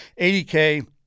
80K